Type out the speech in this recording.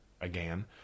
again